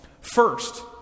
First